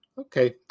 Okay